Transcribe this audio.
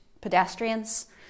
pedestrians